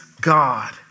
God